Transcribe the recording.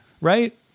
right